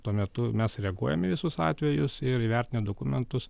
tuo metu mes reaguojame į visus atvejus ir įvertinę dokumentus